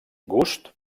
gust